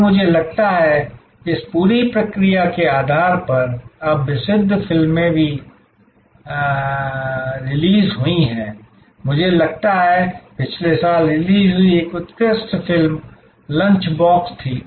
और मुझे लगता है इस पूरी प्रक्रिया के आधार पर अब प्रसिद्ध फिल्में भी रिलीज हुई हैं मुझे लगता है कि पिछले साल रिलीज हुई एक उत्कृष्ट फिल्म लंच बॉक्स थी